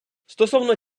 стосовно